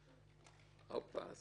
את